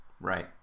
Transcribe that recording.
Right